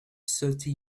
thirty